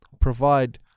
provide